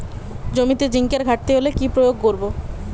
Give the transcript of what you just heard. জমিতে জিঙ্কের ঘাটতি হলে কি প্রয়োগ করব?